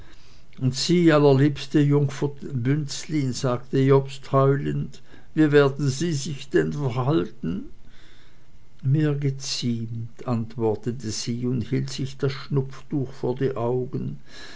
und sie allerliebste jungfer bünzlin sagte jobst heulend wie werden sie sich denn verhalten mir geziemt antwortete sie und hielt sich das schnupftuch vor die augen